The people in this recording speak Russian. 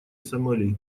сомали